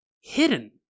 hidden